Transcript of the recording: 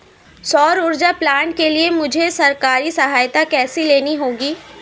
सौर ऊर्जा प्लांट के लिए मुझे सरकारी सहायता कैसे लेनी होगी?